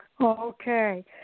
Okay